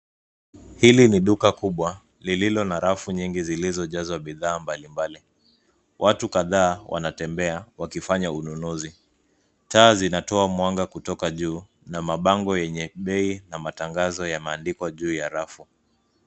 Hili ni duka kubwa lililo na rafu nyingi zilizojazwa bidhaa mbalimbali. Watu kadhaa wanatembea wakifanya ununuzi. Taa zinatoa mwanga kutoka juu na mabango yenye bei na matangazo yameandikwa juu ya rafu.